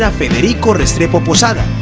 yeah federico restrepo posada